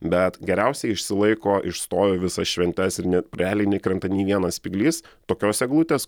bet geriausiai išsilaiko išstovi visas šventes ir ne realiai nekrenta nei vienas spyglys tokios eglutės